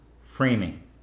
Framing